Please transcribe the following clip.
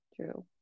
true